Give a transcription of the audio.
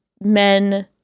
men